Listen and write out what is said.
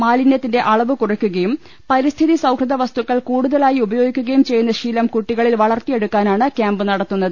മാലിന്യത്തിന്റെ അളവ് കുറക്കുകയും പരിസ്ഥിതി സൌഹൃദ വസ്തുക്കൾ കൂടുതലായി ഉപ യോഗിക്കുകയും ചെയ്യുന്ന ശ്രീലം കുട്ടികളിൽ വളർത്തിയെടുക്കാ നാണ് ക്യാമ്പ് നടത്തുന്നത്